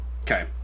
Okay